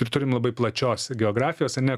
ir turim labai plačios geografijos ane